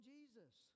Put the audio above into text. Jesus